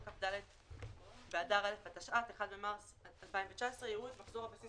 כ"ד באדר א' התשע"ט (1 במרס 2019) יראו את מחזור הבסיס